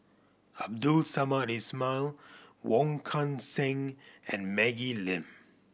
Abdul Samad Ismail Wong Kan Seng and Maggie Lim